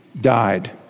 died